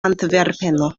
antverpeno